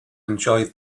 enjoy